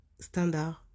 standard